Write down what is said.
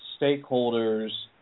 stakeholders